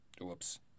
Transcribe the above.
Whoops